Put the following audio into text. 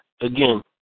again